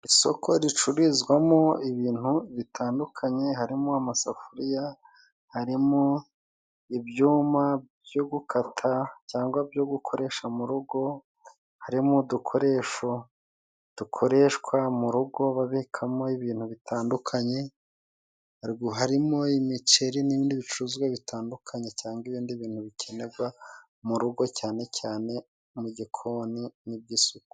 Isoko ricururizwamo ibintu bitandukanye, harimo amasafuriya, harimo ibyuma byo gukata cyangwa byo gukoresha mu rugo, harimo udukoresho dukoreshwa mu rugo babikamo ibintu bitandukanye, harimo imiceri n'ibindi bicuruzwa bitandukanye, cyangwa ibindi bintu bikenerwa mu rugo, cyane cyane mu gikoni n'iby'isuku.